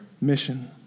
mission